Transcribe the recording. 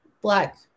black